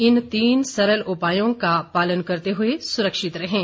इन तीन सरल उपायों का पालन करते हुए सुरक्षित रहें